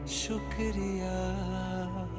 shukriya